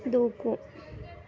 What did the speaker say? దూకు